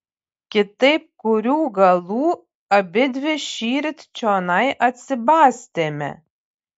kitaip kurių galų abidvi šįryt čionai atsibastėme